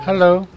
Hello